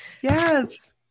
yes